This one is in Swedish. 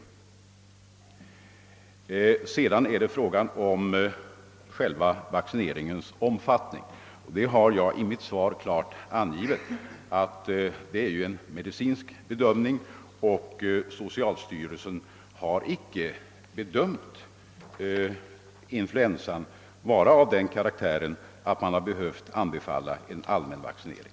Vad sedan gäller frågan om vaccineringens omfattning har jag i mitt svar klart angivit att den är beroende av en medicinsk bedömning, och socialstyrelsen har inte bedömt influensan vara av den karaktären att man behövt anbefalla en allmän vaccinering.